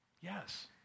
Yes